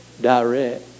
direct